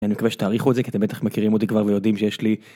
אני מקווה שתעריכו את זה, כי אתם בטח מכירים אותי כבר ויודעים שיש לי...